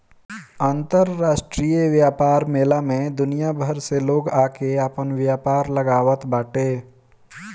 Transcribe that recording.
अंतरराष्ट्रीय व्यापार मेला में दुनिया भर से लोग आके आपन व्यापार लगावत बाटे